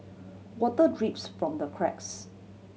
water drips from the cracks